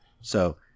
So-